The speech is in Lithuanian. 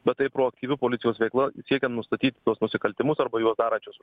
bet tai proaktyvi policijos veikla siekiant nustatyt tuos nusikaltimus arba juos darančius